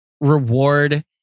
reward